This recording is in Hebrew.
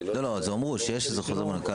אני לא רוצה לשלוף תשובה.